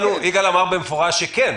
יגאל סלוביק אמר במפורש שכן,